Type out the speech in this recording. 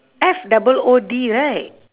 F double O D right